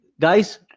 guys